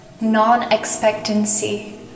non-expectancy